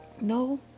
No